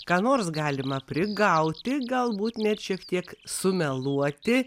ką nors galima prigauti galbūt net šiek tiek sumeluoti